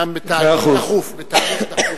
בתהליך דחוף.